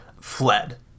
fled